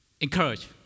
encourage